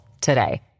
today